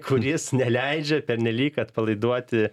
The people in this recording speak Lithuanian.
kuris neleidžia pernelyg atpalaiduoti